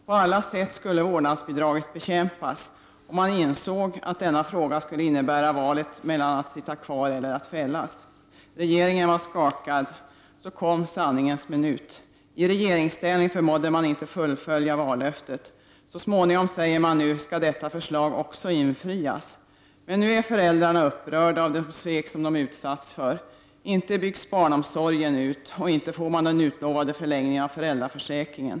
På alla sätt skulle vårdnadsbidraget bekämpas. Man insåg att denna fråga skulle innebära ett val — att sitta kvar eller att fällas. Regeringen var skakad. Så kom då sanningens minut. I regeringsställning förmådde man inte att fullfölja vallöftet. Så småningom, säger man nu, skall detta förslag förverkligas. Men nu är föräldrarna upprörda över de svek som de har utsatts för: inte byggs barnomsorgen ut och inte får man den utlovade förlängningen av föräldraförsäkringen.